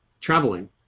traveling